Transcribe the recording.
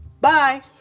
Bye